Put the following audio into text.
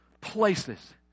places